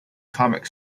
comic